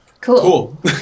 Cool